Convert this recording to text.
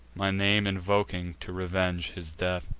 my name invoking to revenge his death.